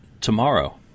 Tomorrow